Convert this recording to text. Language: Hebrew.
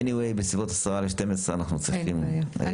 בכל מקרה בסביבות 11:50 אנחנו צריכים לסיים.